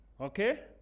Okay